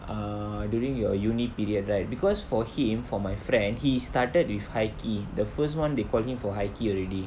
err during your university period right because for him for my friend he started with high key the first one they call him for high key already